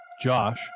Josh